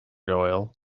doyle